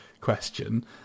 question